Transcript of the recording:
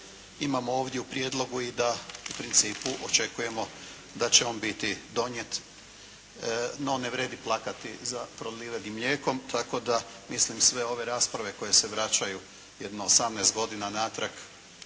imamo ovdje u prijedlogu i da u principu očekujemo da će on biti donijet. No ne vrijedi plakati za prolivenim mlijekom, tako da mislim sve ove rasprave koje se vraćaju jedno 18 godina unatrag